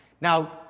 Now